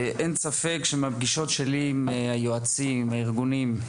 אין ספק שמהפגישות שלי עם היועצים, הארגונים,